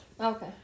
Okay